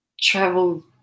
travel